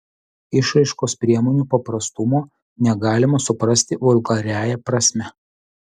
išraiškos priemonių paprastumo negalima suprasti vulgariąja prasme